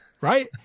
right